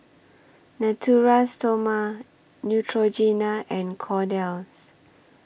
Natura Stoma Neutrogena and Kordel's